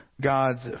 God's